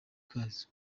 kazo